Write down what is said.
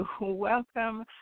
welcome